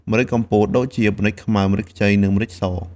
ម្រេចកំពតដូចជា ម្រេចខ្មៅ ម្រេចខ្ចី និងម្រេចស។